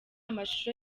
amashusho